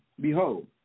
behold